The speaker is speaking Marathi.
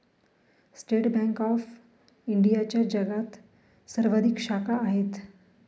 स्टेट बँक ऑफ इंडियाच्या जगात सर्वाधिक शाखा आहेत